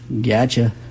Gotcha